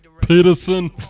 Peterson